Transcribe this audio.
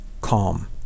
calm